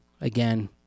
Again